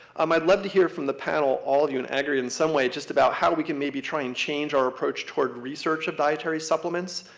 um i'd love to hear from the panel, all of you in aggregate in some way just about how we can maybe try and change our approach toward research of dietary supplements.